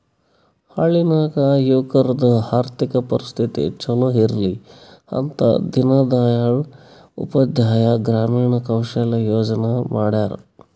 ಹಳ್ಳಿ ನಾಗ್ ಯುವಕರದು ಆರ್ಥಿಕ ಪರಿಸ್ಥಿತಿ ಛಲೋ ಇರ್ಲಿ ಅಂತ ದೀನ್ ದಯಾಳ್ ಉಪಾಧ್ಯಾಯ ಗ್ರಾಮೀಣ ಕೌಶಲ್ಯ ಯೋಜನಾ ಮಾಡ್ಯಾರ್